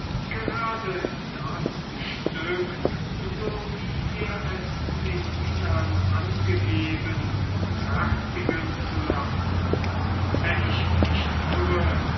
gerade das stück so wie er es melinan angegeben fertigen zu lassen wenn ich nicht irre